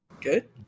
Good